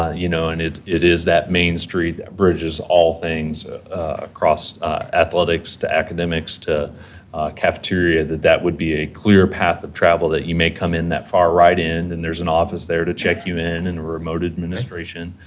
ah you know, and it it is that main street that bridges all things across athletics to academics to cafeteria, that that would be a clear path of travel that you may come in that far right end, and there's an office there to check you in and a remote administration,